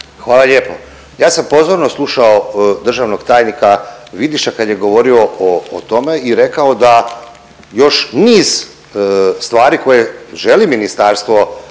Hvala lijepo. Ja sam pozorno slušao državnog tajnika Vidiša kad je govorio o tome i rekao da još niz stvari koje želi ministarstvo